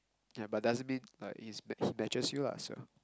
ya but doesn't mean like he's he matches you lah so